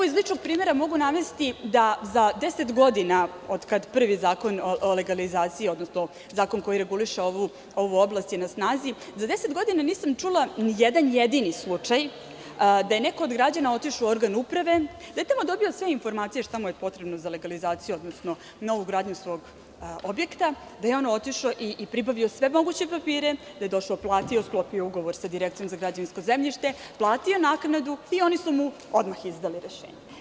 Iz ličnog primera mogu navesti da za 10 godina, od kada je prvi zakon o legalizaciji, odnosno zakon koji reguliše ovu oblast na snazi, nisam čula nijedan jedini slučaj da je neko od građana otišao u organ uprave i da je tamo dobio sve informacije šta mu je potrebno za legalizaciju, odnosno novu gradnju svog objekta, da je on otišao i pribavio sve moguće papire, da je platio i sklopio ugovor sa Direkcijom za građevinsko zemljište, platio naknadu i oni mu odmah izdali rešenje.